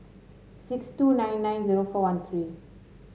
six two nine nine zero four one three